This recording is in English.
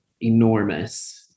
enormous